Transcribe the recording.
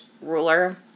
ruler